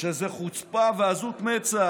שזו חוצפה ועזות מצח.